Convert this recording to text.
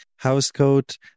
housecoat